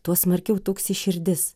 tuo smarkiau tuksi širdis